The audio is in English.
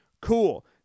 Cool